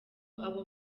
abo